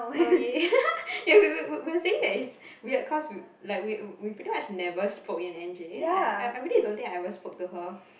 oh yay we we we were saying that it's weird cause like we we pretty much never spoke in N_J like I I really don't think I ever spoke to her